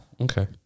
Okay